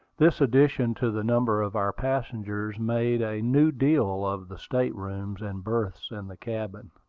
this addition to the number of our passengers made a new deal of the state-rooms and berths in the cabin.